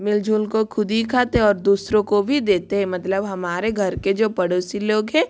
मिलजुल कर ख़ुद ही खाते है और दूसरों को भी देते हैं मतलब हमारे घर के जो पड़ोसी लोग हैं